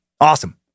Awesome